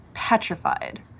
petrified